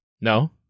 No